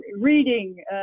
reading